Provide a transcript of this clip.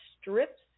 strips